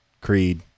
creed